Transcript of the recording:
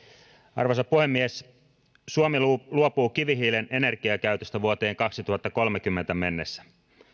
arvoisa puhemies suomi luopuu kivihiilen energiakäytöstä vuoteen kaksituhattakolmekymmentä mennessä